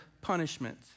punishment